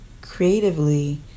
creatively